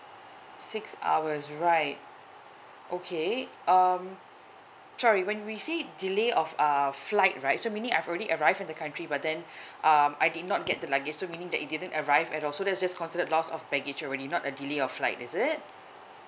six hours right okay um sorry when we say delay of err flight right so meaning I have already arrived in the country but then um I did not get the luggage so meaning that it didn't arrive at all so that's just consider loss of baggage already not a delay of flight is it